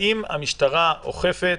האם המשטרה אוכפת,